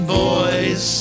boys